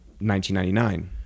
1999